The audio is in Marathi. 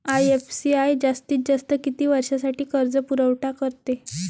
आय.एफ.सी.आय जास्तीत जास्त किती वर्षासाठी कर्जपुरवठा करते?